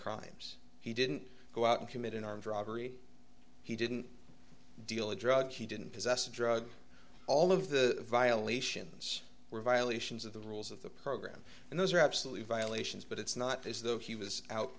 crimes he didn't go out and commit an armed robbery he didn't deal a drug he didn't possess a drug all of the violations were violations of the rules of the program and those are absolutely violations but it's not as though he was out